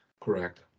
Correct